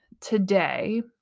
today